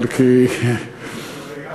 אבל, אבל כי,